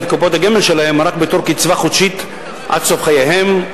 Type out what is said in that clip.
את קופות הגמל שלהם רק בתור קצבה חודשית עד סוף חייהם.